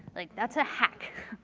like, that's a hack.